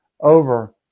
over